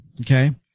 okay